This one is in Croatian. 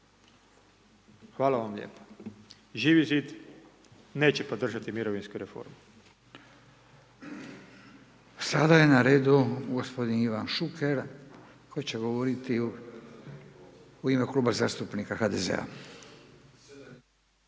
Hvala vam lijepa. Živi zid neće podržati mirovinsku reformu. **Radin, Furio (Nezavisni)** Sada je na redu gospodin Ivan Šuker koji će govoriti u ime Kluba zastupnika HDZ-a.